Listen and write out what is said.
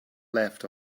left